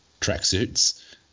tracksuits